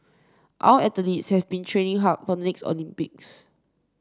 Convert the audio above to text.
our athletes have been training hard for the next Olympics